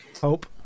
Hope